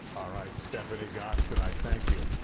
ah right, stephanie gosk tonight. thank you.